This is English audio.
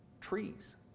trees